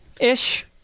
ish